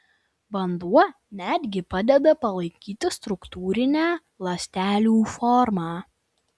vanduo net gi padeda palaikyti struktūrinę ląstelių formą